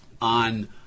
on